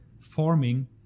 forming